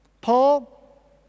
Paul